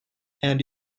and